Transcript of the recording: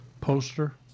poster